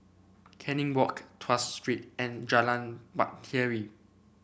Canning Walk Tuas Street and Jalan Bahtera